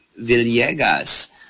Villegas